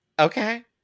Okay